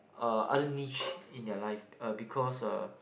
uh other niche in their life uh because uh